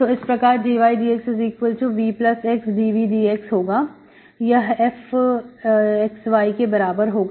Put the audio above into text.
तो इस प्रकारdydxVx dVdx होगा यह fxy के बराबर होगा